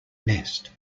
nest